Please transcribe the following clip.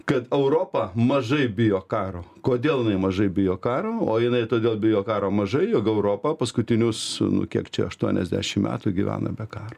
kad europa mažai bijo karo kodėl jinai mažai bijo karo o jinai todėl bijo karo maža jog europa paskutinius nu kiek čia aštuoniasdešim metų gyvena be karo